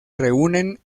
reúnen